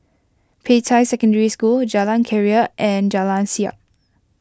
Peicai Secondary School Jalan Keria and Jalan Siap